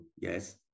yes